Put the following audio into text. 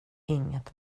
inget